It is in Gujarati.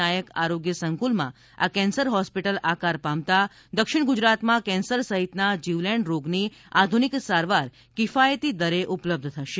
નાયક આરોગ્ય સંક્રલમાં આ કેન્સર હોસ્પિટલ આકાર પામતા દક્ષિણ ગુજરાત માં કેન્સર સહિતના જીવલેણ રોગની આધુનિક સારવાર કિફાયતી દરે ઉપલબ્ધ થશે